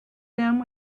them